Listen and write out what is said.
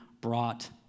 brought